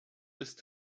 ist